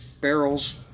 barrels